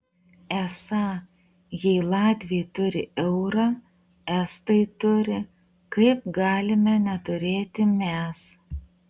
esą jei latviai turi eurą estai turi kaip galime neturėti mes